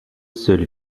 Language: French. seul